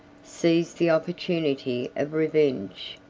seized the opportunity of revenge,